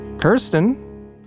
Kirsten